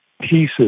pieces